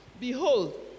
Behold